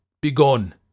Begone